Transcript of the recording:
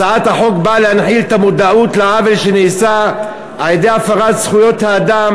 הצעת החוק באה להנחיל את המודעות לעוול שנעשה על-ידי הפרת זכויות האדם